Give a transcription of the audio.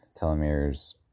telomeres